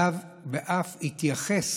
והוא אף התייחס